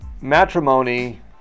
matrimony